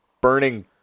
burning